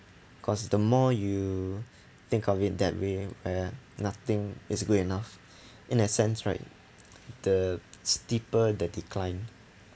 because the more you think of it that way uh nothing is good enough in a sense right the steeper the decline